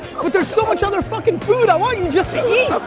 but there's so much other fucking food. i want you just to eat.